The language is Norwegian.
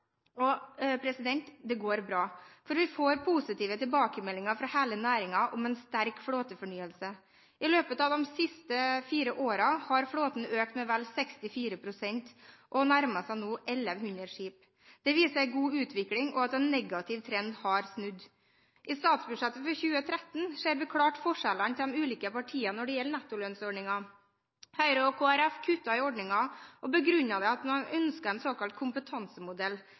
og det går bra – vi får positive tilbakemeldinger fra hele næringen om en sterk flåtefornyelse. I løpet av de siste fire årene har flåten økt med vel 64 pst. og nærmer seg 1 100 skip. Det viser en god utvikling og viser at en negativ trend har snudd. I statsbudsjettet for 2013 ser vi klart forskjellene mellom de ulike partiene når det gjelder nettolønnsordningen. Høyre og Kristelig Folkeparti kutter i ordningen og begrunner det med at man ønsker en såkalt kompetansemodell.